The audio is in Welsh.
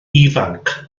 ifanc